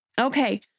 Okay